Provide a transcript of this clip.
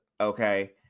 Okay